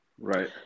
right